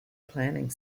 planning